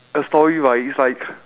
a story right it's like